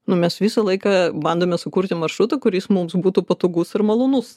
nu mes visą laiką bandome sukurti maršrutą kuris mums būtų patogus ir malonus